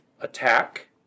attack